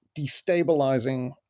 destabilizing